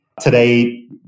today